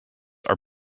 are